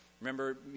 Remember